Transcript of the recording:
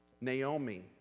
Naomi